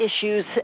issues